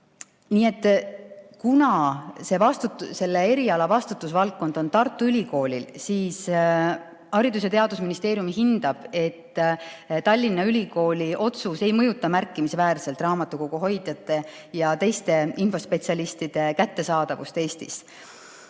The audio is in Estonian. et kuna selle eriala vastutusvaldkond on Tartu Ülikooli kanda, siis Haridus- ja Teadusministeerium hindab, et Tallinna Ülikooli otsus ei mõjuta märkimisväärselt raamatukoguhoidjate ja teiste infospetsialistide kättesaadavust